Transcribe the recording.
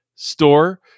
store